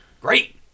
great